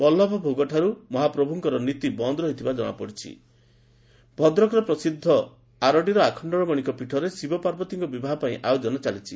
ବଲ୍କଭୋଗଠାରୁ ମହାପ୍ରଭୁଙ୍କ ନୀତି ବନ୍ଦ ରହିଥିବା ଜଣାପଡିଛି ଭଦ୍ରକର ପ୍ରସିଦ୍ଧ ଆରଡ଼ିର ଆଖଣ୍ଡଳମଣିଙ୍କ ପୀଠରେ ଶିବ ପାର୍ବତୀଙ୍କ ବିବାହ ପାଇଁ ଆୟୋଜନ ଚାଲିଛି